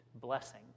blessing